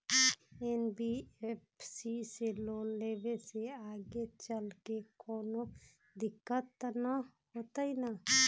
NBFC से loan लेबे से आगेचलके कौनो दिक्कत त न होतई न?